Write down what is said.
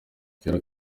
kera